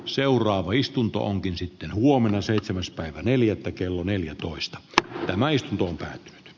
seuraava istunto onkin sitten huomenna seitsemäs päivä neljättä kello neljätoista ja naisia pakollinen